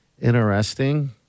interesting